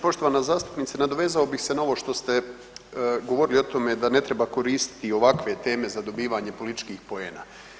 Poštovana zastupnice, nadovezao bih se na ovo što ste govorili o tome da ne treba koristiti ovakve teme za dobivanje političkih poena.